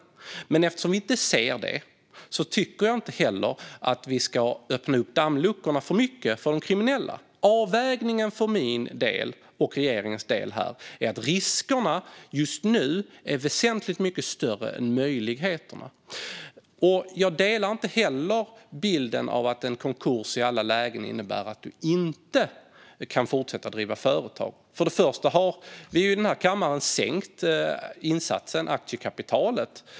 Men när vi nu inte ser detta tycker jag inte att vi ska öppna dammluckorna för mycket för de kriminella. Avvägningen för min och regeringens del är att riskerna just nu är väsentligt mycket större än möjligheterna. Revision av det enhet-liga elektroniska rapporteringsformatet Jag delar inte heller bilden att en konkurs i alla lägen innebär att man inte kan fortsätta driva företag. För det första har vi i den här kammaren sänkt insatsen, aktiekapitalet.